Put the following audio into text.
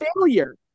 failure